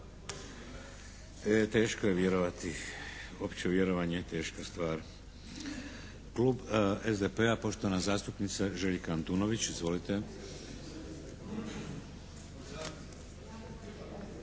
teško je vjerovati, uopće vjerovanje je teška stvar. Klub SDP-a, poštovana zastupnica Željka Antunović, izvolite.